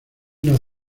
una